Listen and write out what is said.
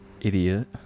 idiot